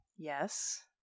yes